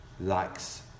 likes